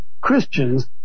Christians